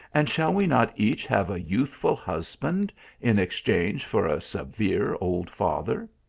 and shall we not each have a youthful husband in ex change for a severe old father?